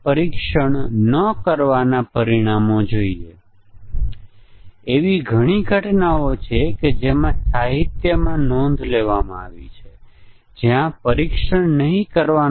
પછી આપણા ટેસ્ટીંગ ના કેસો જો તેઓ પાસ થાય છે તો આપણે કહીએ છીએ કે મ્યુટન્ટ જીવંત છે અને આપણા ટેસ્ટીંગ ના કેસો તેને પકડવા માટે પૂરતા સારા નથી